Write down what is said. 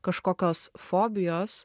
kažkokios fobijos